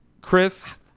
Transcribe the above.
Chris